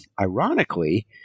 ironically